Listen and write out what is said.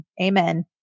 Amen